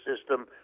system